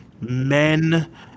men